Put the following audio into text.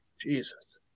Jesus